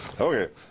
Okay